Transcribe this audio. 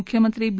मुख्यमंत्री बी